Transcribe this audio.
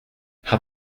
hat